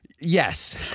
yes